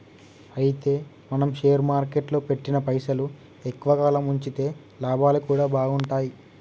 అయితే మనం షేర్ మార్కెట్లో పెట్టిన పైసలు ఎక్కువ కాలం ఉంచితే లాభాలు కూడా బాగుంటాయి